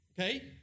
Okay